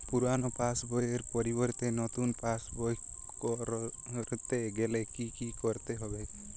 পুরানো পাশবইয়ের পরিবর্তে নতুন পাশবই ক রতে গেলে কি কি করতে হবে?